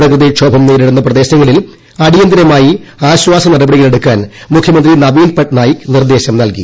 പ്രകൃതി ക്ഷോഭം നേരിടുന്ന പ്രദേശങ്ങളിൽ അടിയന്തിരമായി ആശ്വാസ നടപടികളെടുക്കാൻ മുഖ്യമന്ത്രി നവീൻ പട്നായിക്ക് നിർദ്ദേശം നൽകി